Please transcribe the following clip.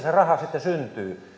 se raha sitten syntyy